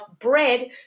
bread